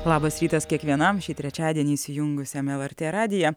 labas rytas kiekvienam šį trečiadienį įsijungusiam lrt radiją